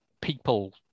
people